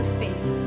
faith